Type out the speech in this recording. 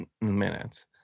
minutes